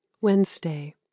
wednesday